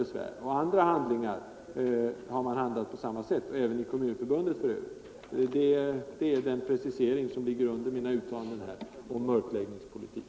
Även i Kommunförbundet har man för övrigt handlat på samma sätt. Detta är den precisering jag velat göra, och det är dessa förhållanden som ligger bakom mina uttalanden här om mörkläggningspolitik.